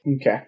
okay